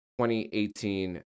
2018